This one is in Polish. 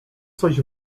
coś